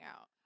out